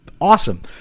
awesome